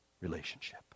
relationship